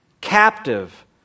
captive